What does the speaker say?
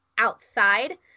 outside